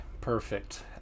perfect